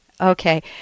Okay